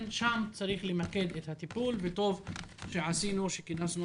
שם צריך למקד את הטיפול וטוב עשינו כאשר כינסנו